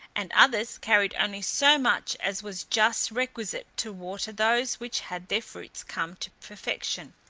and others carried only so much as was just requisite to water those which had their fruits come to perfection,